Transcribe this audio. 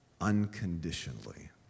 unconditionally